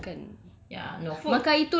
ya takkan dia sapu